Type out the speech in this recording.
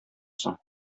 соң